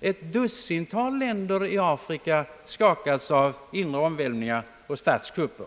ett dussintal länder i Afrika skakats av inre omvälvningar och statskupper.